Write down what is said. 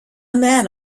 man